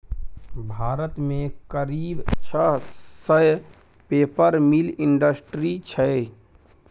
भारत मे करीब छह सय पेपर मिल इंडस्ट्री छै